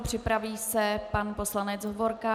Připraví se pan poslanec Hovorka.